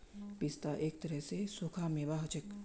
पिस्ता एक तरह स सूखा मेवा हछेक